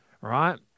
right